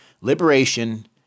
Liberation